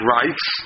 rights